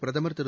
பிரதமர் திரு